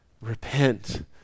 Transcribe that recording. repent